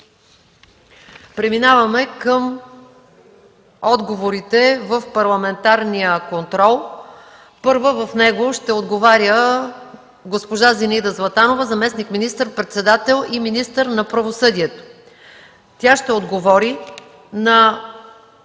Преминаваме към отговорите в парламентарния контрол. Първа в него ще отговаря госпожа Зинаида Златанова, заместник министър-председател и министър на правосъдието. Тя ще отговори на